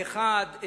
האחד,